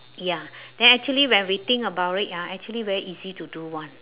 ya then actually when we think about it ah actually very easy to do one